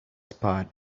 spot